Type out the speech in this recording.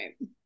right